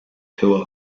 tour